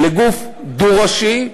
לגוף דו-ראשי,